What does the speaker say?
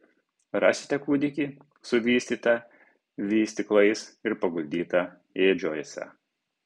rasite kūdikį suvystytą vystyklais ir paguldytą ėdžiose